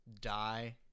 die